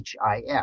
hif